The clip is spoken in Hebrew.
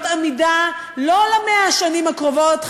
להיות עמידה לא ל-100 השנים הקרובות,